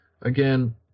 again